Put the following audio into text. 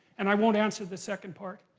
and i won't answer the second part,